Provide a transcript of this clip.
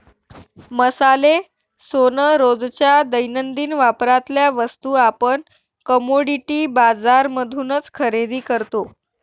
मसाले, सोन, रोजच्या दैनंदिन वापरातल्या वस्तू आपण कमोडिटी बाजार मधूनच खरेदी करतो